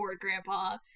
Grandpa